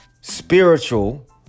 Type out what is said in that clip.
spiritual